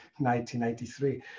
1993